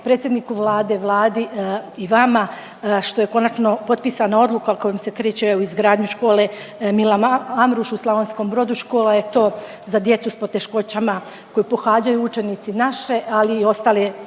predsjedniku Vlade, Vladi i vama što je konačno potpisana odluka kojom se kreće u izgradnju škole „Milan Amruš“ u Slavonskom Brodu. Škola je to za djecu s poteškoćama koju pohađaju učenici naše, ali i ostale